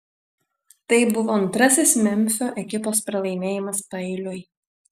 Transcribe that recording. tai buvo antrasis memfio ekipos pralaimėjimas paeiliui